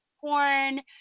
porn